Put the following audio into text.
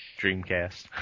Dreamcast